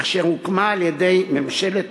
אשר הוקמה על-ידי ממשלת